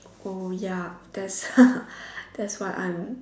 oh ya that's that's why I'm